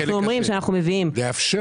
אנחנו אומרים שאנחנו מביאים סעיף,